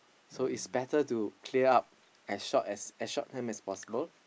so it's better to clear up as short as short time as possible